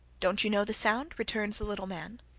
don't you know the sound returned the little man.